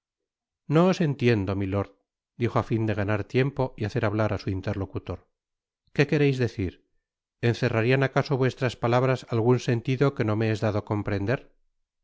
no os entiendo milord dijo á fin de ganar tiempo y hacer hablar á so interlocutor qué quereis decir encerrarian acaso vuestras palabras algun sentido que no me es dado comprender